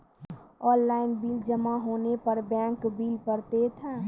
Online bill जमा होने पर बैंक बिल पड़तैत हैं?